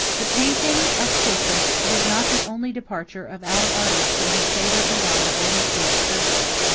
the painting of portraits was not the only departure of our artist from his favorite madonna or historic subjects.